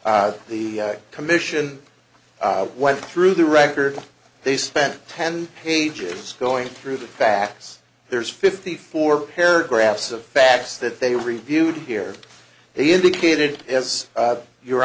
case the commission went through the record they spent ten pages going through the facts there's fifty four paragraphs of facts that they reviewed here he indicated as your